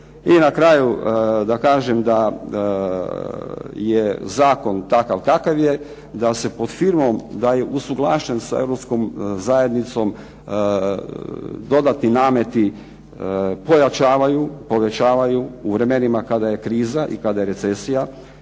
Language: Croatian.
I na kraju da kažem da je zakon takav kakav je, da se pod firmom da je usuglašen sa europskom zajednicom, dodatni nameti pojačavaju, povećavaju u vremenima kada je kriza i kada je recesija,